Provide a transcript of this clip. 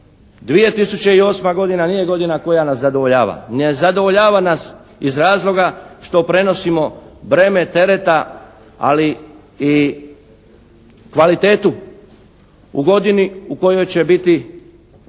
2008. godina nije godina koja nas zadovoljava. Ne zadovoljava nas iz razloga što prenosimo breme tereta, ali i kvalitetu u godini u kojoj će biti